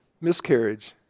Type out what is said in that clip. Miscarriage